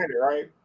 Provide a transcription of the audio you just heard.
right